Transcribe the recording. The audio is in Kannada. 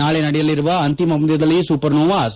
ನಾಳೆ ನಡೆಯಲಿರುವ ಅಂತಿಮ ಪಂದ್ಯದಲ್ಲಿ ಸೂಪರ್ನೋವಾಸ್